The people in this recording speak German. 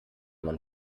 man